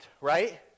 right